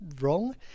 wrong